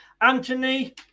Anthony